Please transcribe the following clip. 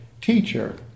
teacher